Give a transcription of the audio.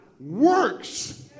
works